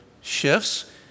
shifts